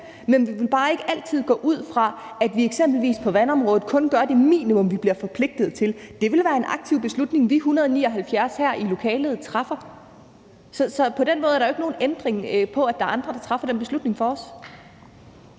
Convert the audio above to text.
men vi vil ikke altid bare gå ud fra, at vi eksempelvis på vandområdet kun gør det minimum, vi bliver forpligtet til. Det ville være en aktiv beslutning, vi 179 her i lokalet træffer. Så på den måde er der jo ikke nogen ændring i, at der er andre, der træffer den beslutning for os.